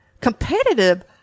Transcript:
competitive